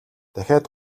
дахиад